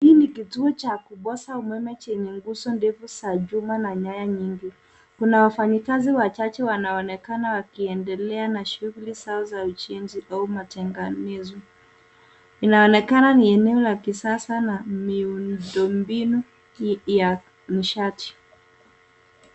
Hii ni kituo cha kupaza umeme chenye nguzo ndefu za chuma na nyaya nyingi, kuna wafanyikazi wachache wanaonekana wakiendelea na shuguli zao za ujenzi au matengamizo, inaonekana ni eneo la kisasa na miundo mbinu ya nishati.